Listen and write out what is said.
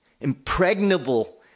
impregnable